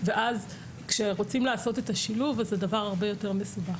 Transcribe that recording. ואז כשרוצים לעשות את השילוב זה דבר הרבה יותר מסובך.